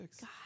God